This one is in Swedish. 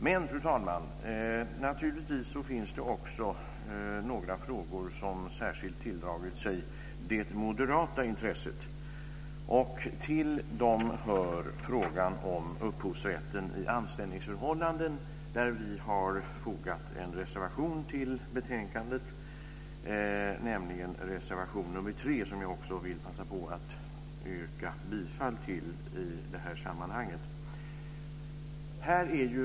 Men, fru talman, naturligtvis finns det också några frågor som särskilt tilldragit sig det moderata intresset, och till dem hör frågan om upphovsrätten i anställningsförhållanden. Vi har till betänkandet fogat reservation nr 3, som jag här vill passa på att yrka bifall till.